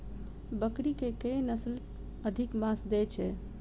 बकरी केँ के नस्ल अधिक मांस दैय छैय?